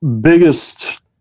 biggest